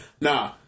Nah